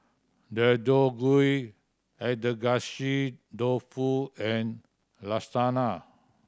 Deodeok Gui Agedashi Dofu and Lasagna